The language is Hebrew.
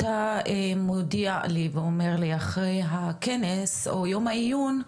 אתה מודיע לי ואומר לי שאחרי הכנס או יום העיון,